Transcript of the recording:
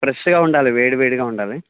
ఫ్రెష్గా ఉండాలి వేడి వేడిగా ఉండాలి